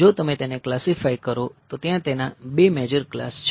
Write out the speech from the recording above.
જો તમે તેને ક્લાસીફાય કરો તો ત્યાં તેના બે મેજર ક્લાસ છે